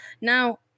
Now